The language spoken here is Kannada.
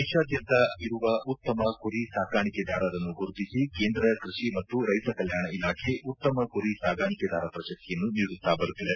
ದೇಶಾದ್ಯಂತ ಇರುವ ಉತ್ತಮ ಕುರಿ ಸಾಕಾಣಿಕೆದಾರರನ್ನು ಗುರುತಿಸಿ ಕೇಂದ್ರ ಕೃಷಿ ಮತ್ತು ರೈತ ಕಲ್ಕಾಣ ಇಲಾಖೆ ಉತ್ತಮ ಕುರಿ ಸಾಕಣಿಕೆದಾರ ಪ್ರಶಸ್ತಿಯನ್ನು ನೀಡುತ್ತಾ ಬರುತ್ತಿದೆ